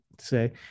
say